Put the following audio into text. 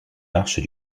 marches